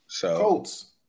Colts